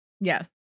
Yes